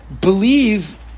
Believe